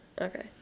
Okay